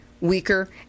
weaker